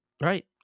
Right